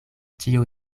ĉio